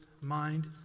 mind